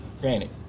granted